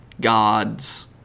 gods